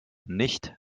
nicht